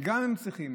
וגם הם צריכים.